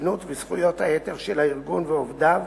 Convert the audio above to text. החסינות וזכויות היתר של הארגון ועובדיו,